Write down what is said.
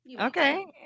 Okay